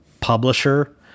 publisher